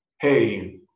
hey